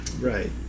Right